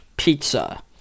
pizza